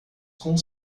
com